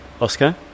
Oscar